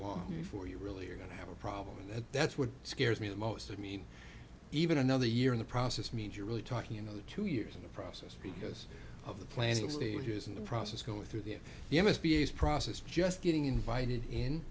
long before you really are going to have a problem and that's what scares me the most i mean even another year in the process means you're really talking you know two years in the process because of the planning stages in the process go through the you must be a process just getting invited in